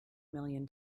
million